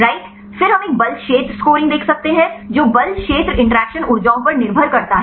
right फिर हम एक बल क्षेत्र स्कोरिंग देख सकते हैं जो बल क्षेत्र इंटरैक्शन ऊर्जाओं पर निर्भर करता है